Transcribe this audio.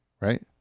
right